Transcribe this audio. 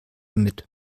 damit